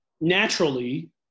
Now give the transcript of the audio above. naturally